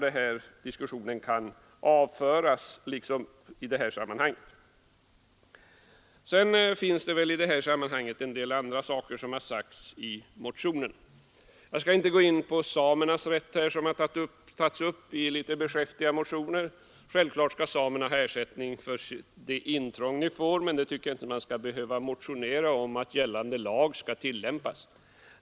Den diskussionen kan alltså avföras i det här sammanhanget. Det sägs också en del andra saker i motionen. Jag skall inte gå in på samernas rätt som har tagits upp i något beskäftiga ordalag. Det är självklart att samerna skall ha ersättning för det intrång som görs, men jag tycker inte man behöver motionera om att gällande lag skall tillämpas.